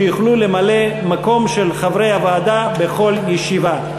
שיוכלו למלא מקום של חברי הוועדה בכל ישיבה.